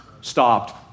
stopped